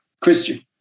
Christian